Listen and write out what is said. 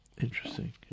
Interesting